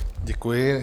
Děkuji.